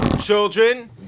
children